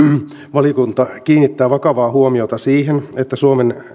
valiokunta kiinnittää vakavaa huomiota siihen että suomen